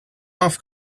off